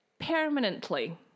permanently